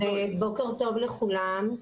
בוקר טוב לכולם.